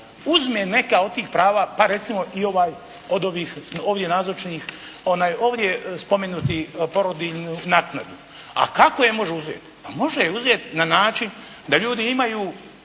uzme neka od tih prava pa recimo i ovdje spomenutu porodiljnu naknadu. A kako je može uzeti? Pa može je uzeti na način da ljudi imaju,